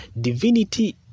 Divinity